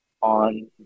on